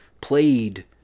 played